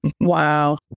Wow